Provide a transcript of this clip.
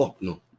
No